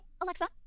alexa